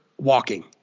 walking